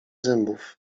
zębów